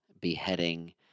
beheading